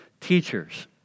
teachers